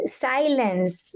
silence